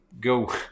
go